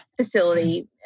facility